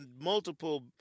multiple –